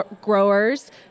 growers